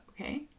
okay